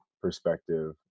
perspective